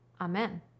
Amen